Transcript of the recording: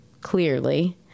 clearly